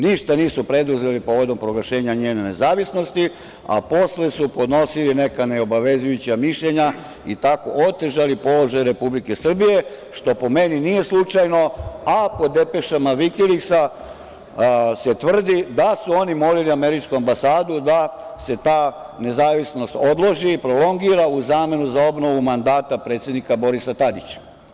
Ništa nisu preduzeli povodom proglašenja njene nezavisnosti, a posle su podnosili neka neobavezujuća mišljenja i tako otežali položaj Republike Srbije, što po meni nije slučajno, a po depešama „Vikiliksa“ se tvrdi da su oni molili američku ambasadu da se ta nezavisnost odloži, prolongira u zamenu za obnovu mandata predsednika Borisa Tadića.